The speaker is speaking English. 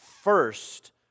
first